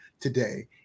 today